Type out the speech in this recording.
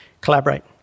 collaborate